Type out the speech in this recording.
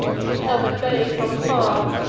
who, held at bay from far,